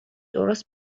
درست